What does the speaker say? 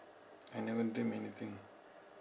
I never dream anything